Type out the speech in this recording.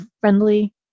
friendly